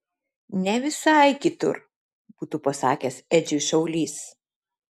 ne visai kitur būtų pasakęs edžiui šaulys